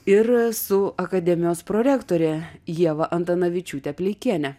ir su akademijos prorektore ieva antanavičiūtė pleikiene